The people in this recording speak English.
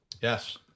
Yes